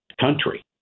country